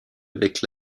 avec